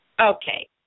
Okay